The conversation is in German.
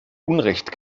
unrecht